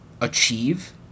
achieve